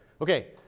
Okay